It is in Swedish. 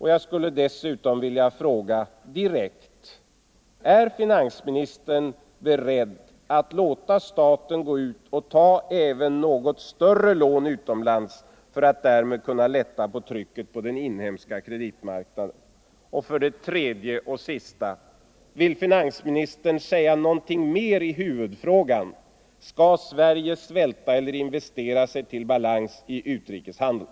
Jag vill dessutom fråga direkt: Är finansministern beredd att låta staten gå ut och ta även något större lån utomlands för att därmed kunna lätta på trycket på den inhemska kreditmarknaden? Och vill finansministern säga någonting mer i huvudfrågan: Skall Sverige svälta eller investera sig till balans i utrikeshandeln?